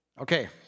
Okay